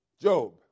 Job